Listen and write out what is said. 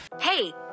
Hey